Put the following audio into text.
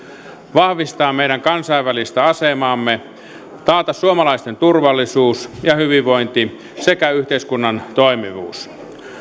vahvistaa meidän kansainvälistä asemaamme taata suomalaisten turvallisuus ja hyvinvointi sekä yhteiskunnan toimivuus